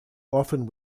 often